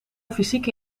fysieke